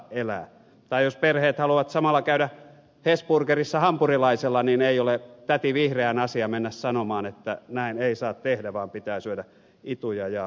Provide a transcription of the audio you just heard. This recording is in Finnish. tai jos perheet haluavat samalla käydä hesburgerissa hampurilaisella niin ei ole täti vihreän asia mennä sanomaan että näin ei saa tehdä vaan pitää syödä ituja ja salaatteja